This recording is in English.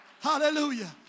Hallelujah